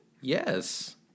Yes